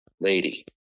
lady